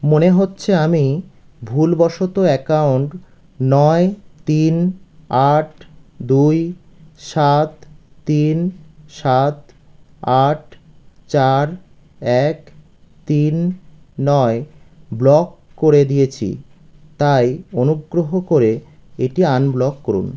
মনে হচ্ছে আমি ভুলবশত অ্যাকাউন্ট নয় তিন আট দুই সাত তিন সাত আট চার এক তিন নয় ব্লক করে দিয়েছি তাই অনুগ্রহ করে এটি আনব্লক করুন